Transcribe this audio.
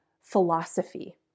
philosophy